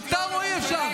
מותר או אי-אפשר?